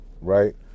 right